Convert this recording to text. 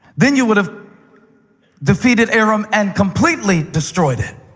then you would have defeated aram and completely destroyed it